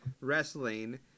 wrestling